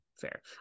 fair